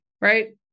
Right